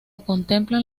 contemplan